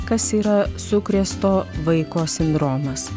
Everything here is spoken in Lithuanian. kas yra sukrėsto vaiko sindromas